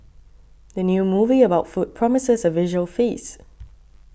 the new movie about food promises a visual feast